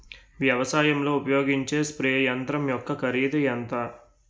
వ్యవసాయం లో ఉపయోగించే స్ప్రే యంత్రం యెక్క కరిదు ఎంత?